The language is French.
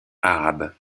arabe